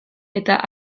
eta